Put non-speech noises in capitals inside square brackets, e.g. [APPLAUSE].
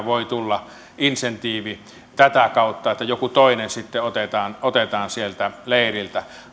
[UNINTELLIGIBLE] voi tulla insentiivi tätä kautta että joku toinen sitten otetaan otetaan sieltä leiriltä